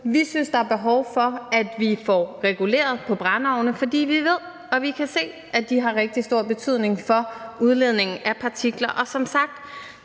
vi synes, at der er behov for, at vi får reguleret på brændeovne, fordi vi ved og vi kan se, at de har rigtig stor betydning for udledning af partikler. Det